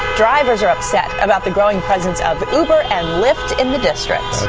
drivers are upset about the growing presence of uber and lyft in the district.